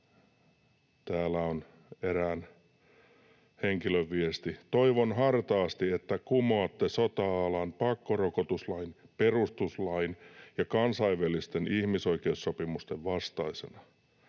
Täällä on erään henkilön viesti: ”Toivon hartaasti, että kumoatte sote-alan pakkorokotuslain perustuslain ja kansainvälisten ihmisoikeussopimusten vastaisena.